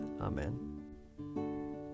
Amen